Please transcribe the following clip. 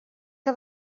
que